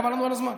חבל לנו על הזמן.